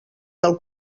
del